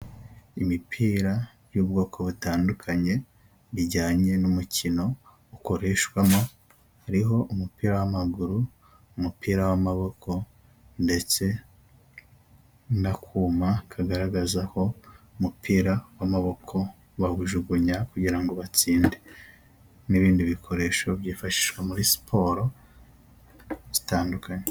Imipira y'ubwoko butandukanye bijyanye n'umukino ukoreshwamo hariho umupira w'amaguru, umupira w'amaboko ndetse n'akuma kagaragaza aho umupira w'amaboko bawujugunya kugirango batsinde, n'ibindi bikoresho byifashishwa muri siporo zitandukanye.